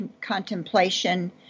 contemplation